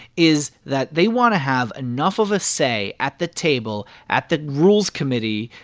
is that they want to have enough of a say at the table, at the rules committee,